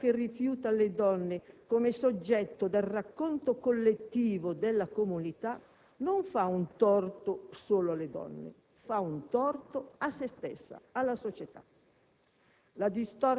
Una società che rifiuta le donne come soggetto del racconto collettivo della comunità non fa un torto solo alle donne, ma anche a se stessa. La distorta